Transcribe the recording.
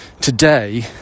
Today